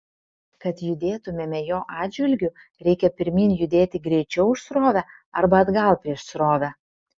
kad judėtumėme jo atžvilgiu reikia pirmyn judėti greičiau už srovę arba atgal prieš srovę